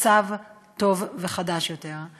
מצב חדש וטוב יותר.